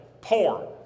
poor